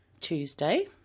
Tuesday